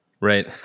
right